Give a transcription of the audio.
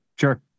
Sure